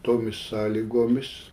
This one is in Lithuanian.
tomis sąlygomis